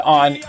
on